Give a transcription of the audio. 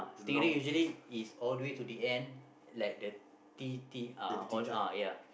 stingray usually is all the way to the end like the T T uh ya